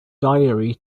diary